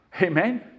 Amen